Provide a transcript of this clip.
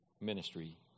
ministry